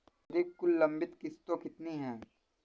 मेरी कुल लंबित किश्तों कितनी हैं?